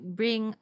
bring